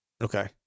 okay